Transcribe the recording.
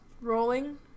rolling